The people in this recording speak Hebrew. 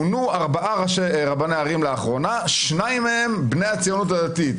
מונו ארבעה רבני ערים לאחרונה ושניים מהם בני הציונות הדתית".